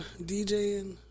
DJing